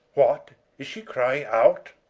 what is she crying out?